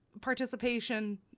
participation